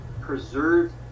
preserved